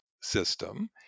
system